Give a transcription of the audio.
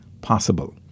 possible